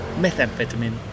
methamphetamine